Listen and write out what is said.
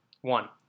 one